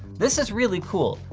this is really cool.